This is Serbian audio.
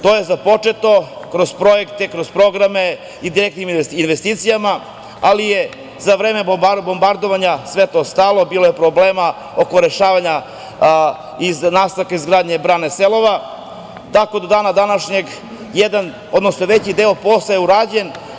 To je započeto kroz projekte, kroz programe i direktnim investicijama, ali je za vreme bombardovanja sve to stalo, bilo je problema oko rešavanja iz nastavka izgradnje brane „Selova“, tako do dana današnjeg veći deo posla je urađen.